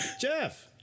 Jeff